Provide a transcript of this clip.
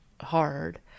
hard